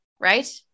Right